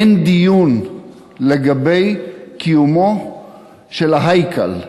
אין דיון לגבי קיומו של ה"הייכל".